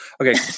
Okay